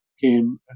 came